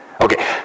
Okay